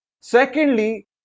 Secondly